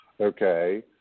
okay